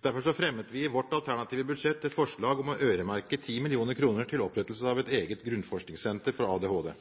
Derfor fremmet vi i vårt alternative budsjett et forslag om å øremerke 10 mill. kr til opprettelsen av et eget grunnforskningssenter for ADHD.